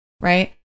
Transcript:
right